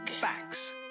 facts